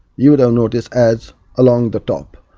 you would've noticed ads along the top.